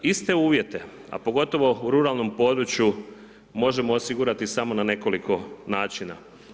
Iste uvjete, a pogotovo u ruralnom području možemo osigurati samo na nekoliko načina.